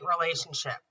relationship